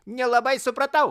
nelabai supratau